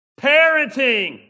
Parenting